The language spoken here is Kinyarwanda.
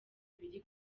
biri